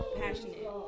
passionate